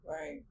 Right